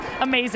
amazing